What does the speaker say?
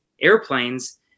airplanes